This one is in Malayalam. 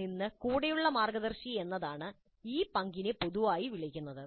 നിന്ന് കൂടെയുള്ള മാർഗ്ഗദർശി' എന്നാണ് ഈ പ ങ്കിനെ പൊതുവായി വിളിക്കുന്നത്